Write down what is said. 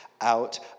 out